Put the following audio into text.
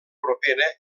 propera